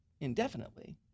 indefinitely